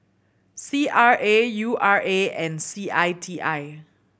C R A U R A and C I T I